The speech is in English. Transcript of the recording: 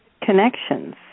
connections